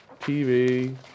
TV